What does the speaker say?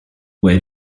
where